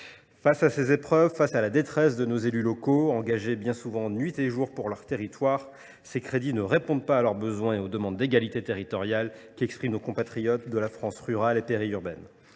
Face à ces épreuves et à la détresse de nos élus locaux, engagés bien souvent nuit et jour pour leurs territoires, ces crédits ne répondent pas à leurs besoins et aux demandes d’égalité territoriale qu’expriment nos compatriotes de la France rurale et périurbaine.